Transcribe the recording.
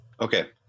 Okay